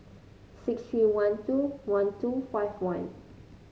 six three one two one two five one